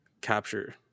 capture